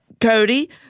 Cody